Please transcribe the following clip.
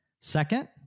Second